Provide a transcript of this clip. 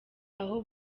aho